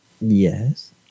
Yes